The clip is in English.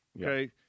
Okay